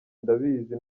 ndabizi